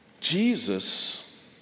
Jesus